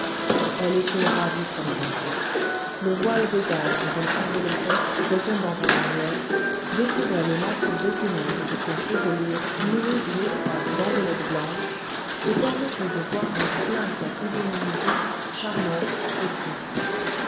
elle était ravissante ainsi le voile de gaze dont elle s'enveloppait retombant en arrière découvrait les masses opulentes de sa chevelure nouée d'une étroite bandelette blanche et permettait de voir en plein sa physionomie douce charmante et triste